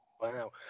Wow